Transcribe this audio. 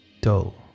dull